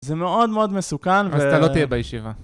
זה מאוד מאוד מסוכן. אז אתה לא תהיה בישיבה.